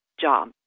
job